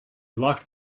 locked